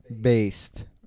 Based